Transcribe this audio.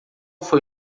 foi